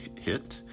hit